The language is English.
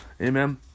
Amen